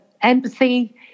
empathy